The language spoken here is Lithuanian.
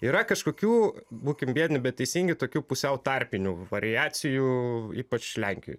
yra kažkokių būkim biedni bet teisingi tokių pusiau tarpinių variacijų ypač lenkijoj